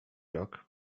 rok